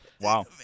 Wow